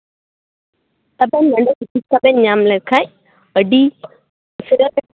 ᱛᱟᱨᱯᱚᱨ ᱟᱵᱮᱱ ᱪᱤᱠᱤᱛᱥᱟ ᱵᱮᱱ ᱧᱟᱢ ᱞᱮᱠᱷᱟᱡ ᱟᱹᱰᱤ ᱩᱥᱟᱹᱨᱟ ᱵᱮᱱ